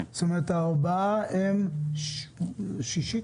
כלומר, ארבעה הם שישית?